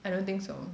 I don't think so